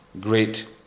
great